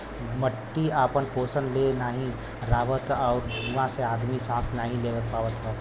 मट्टी आपन पोसन ले नाहीं पावत आउर धुँआ से आदमी सांस नाही ले पावत हौ